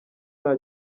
nta